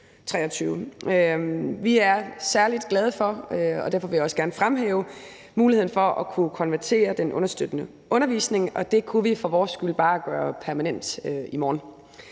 Vi er særlig glade for – og derfor vil jeg også gerne fremhæve det – muligheden for at kunne konvertere den understøttende undervisning, og det kunne vi for vores skyld bare gøre permanent i morgen.